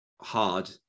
hard